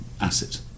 asset